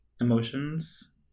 Emotions